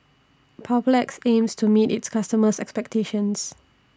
Papulex aims to meet its customers' expectations